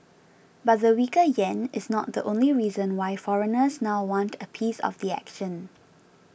but the weaker yen is not the only reason why foreigners now want a piece of the action